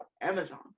Amazon